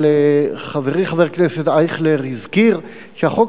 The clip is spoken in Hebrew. אבל חברי חבר הכנסת אייכלר הזכיר שהחוק